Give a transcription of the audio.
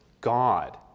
God